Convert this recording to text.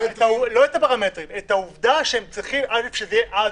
לא את הפרמטרים אלא את העובדה שהם צריכים שזה יהיה "עד